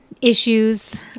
issues